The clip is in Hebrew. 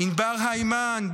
ענבר הימן,